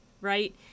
right